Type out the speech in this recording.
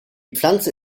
pflanze